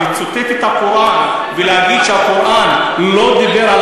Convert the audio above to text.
ולצטט את הקוראן ולהגיד שהקוראן לא דיבר על